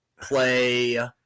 play